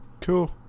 cool